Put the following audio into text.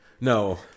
No